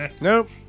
Nope